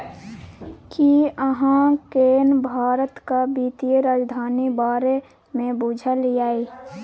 कि अहाँ केँ भारतक बित्तीय राजधानी बारे मे बुझल यै?